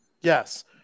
Yes